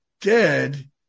dead